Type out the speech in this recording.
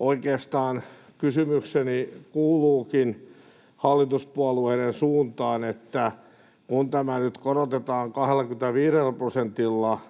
Oikeastaan kysymykseni kuuluukin hallituspuolueiden suuntaan, että kun tämä nyt korotetaan 25 prosentilla